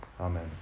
Amen